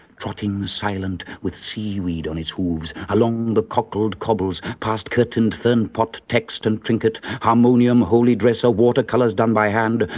trotting silent, with seaweed on its hooves, along the cockled cobbles, past curtained fernpot, text and trinket, harmonium, holy dresser, watercolours done by hand,